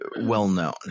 well-known